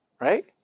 right